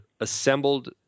assembled